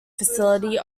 facility